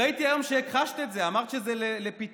ראיתי היום שהכחשת את זה, אמרת שזה לפיתוח,